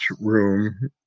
room